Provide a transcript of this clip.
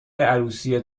عروسی